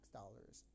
dollars